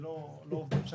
שלא עובדים,